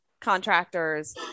contractors